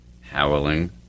howling